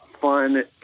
fun